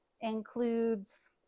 includes